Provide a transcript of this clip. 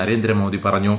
നരേന്ദ്രമോദി പറഞ്ഞു